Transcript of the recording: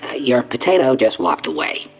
ah your potato just walked away.